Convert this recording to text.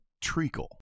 treacle